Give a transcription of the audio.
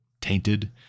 tainted